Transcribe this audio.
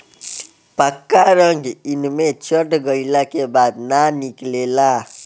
पक्का रंग एइमे चढ़ गईला के बाद ना निकले ला